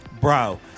Bro